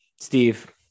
Steve